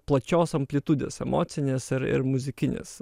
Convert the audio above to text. plačios amplitudės emocinės ir ir muzikinės